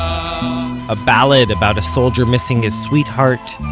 a ballad about a soldier missing his sweetheart